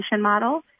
model